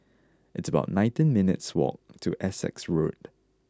it's about nineteen minutes' walk to Essex Road